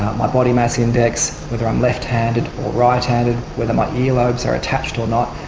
my body mass index, whether i'm left-handed or right-handed, whether my ear lobes are attached or not,